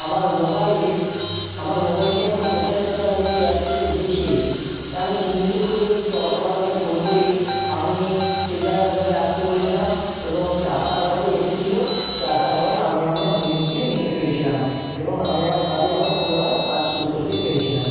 আমার মোবাইলে আমার মোবাইলটি এখন কোথায় আছে আমি একটি অ্যাপ থেকে দেখে আমি চিহ্নিত করে সে অটোওয়ালাকে ফোন করে আমি সেই জায়গায় পুনরায় আসতে বলেছিলাম এবং সে আসার পরে এসেছিল সে আসার পরে আমি আমার জিনিসগুলি নিতে পেরেছিলাম এবং আমি আমার কাজে আবার পুনরায় কাজ শুরু করতে পেরেছিলাম